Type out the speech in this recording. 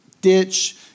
ditch